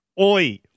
Oi